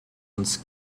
uns